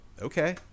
okay